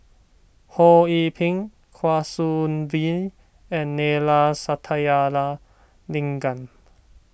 Ho Yee Ping Kwa Soon Bee and Neila Sathyalingam